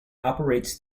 operates